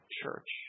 church